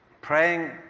praying